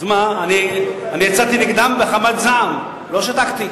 אז מה, אני יצאתי נגדם בחמת זעם, לא שתקתי.